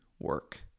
work